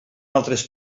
altres